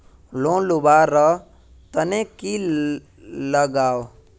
Loan लुवा र तने की लगाव?